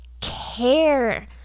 care